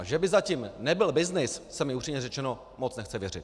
Že by za tím nebyl byznys, se mi upřímně řečeno moc nechce věřit.